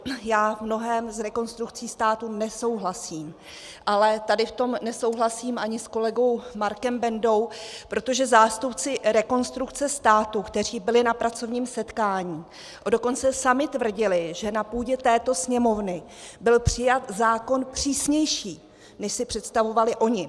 Já v mnohém s Rekonstrukcí státu nesouhlasím, ale tady v tom nesouhlasím ani s kolegou Markem Bendou, protože zástupci Rekonstrukce státu, kteří byli na pracovním setkání, dokonce sami tvrdili, že na půdě této Sněmovny byl přijat zákon přísnější, než si představovali oni.